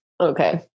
Okay